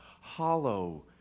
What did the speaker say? hollow